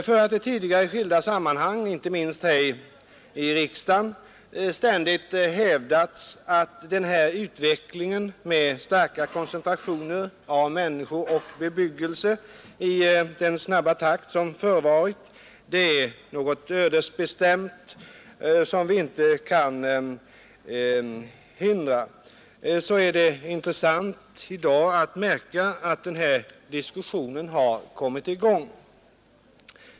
Tidigare har det i skilda sammanhang, inte minst här i riksdagen, ständigt hävdats att den här utvecklingen med starka koncentrationer av människor och bebyggelse i snabb takt är något ödesbestämt som vi inte kan hindra. Därför är det intressant att i dag märka att den här diskussionen har kommit i gång.